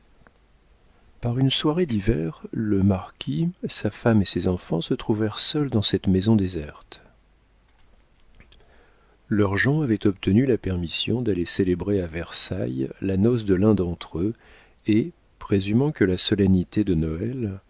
par une soirée d'hiver le marquis sa femme et ses enfants se trouvèrent seuls dans cette maison déserte leurs gens avaient obtenu la permission d'aller célébrer à versailles la noce de l'un d'entre eux et présumant que la solennité de noël